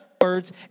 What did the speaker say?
words